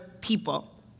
people